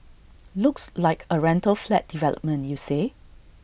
looks like A rental flat development you say